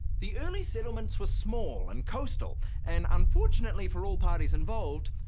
the early settlements were small and coastal and unfortunately for all parties involved,